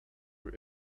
for